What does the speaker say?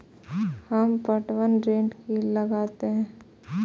हमरा पटवन रेट की लागते?